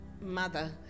mother